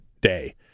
day